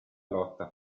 lotta